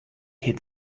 hit